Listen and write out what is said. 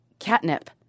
catnip